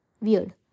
Weird